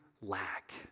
lack